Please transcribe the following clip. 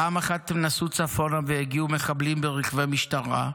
פעם אחת הם נסעו צפונה והגיעו מחבלים ברכבי משטרה,